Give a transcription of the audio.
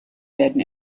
werden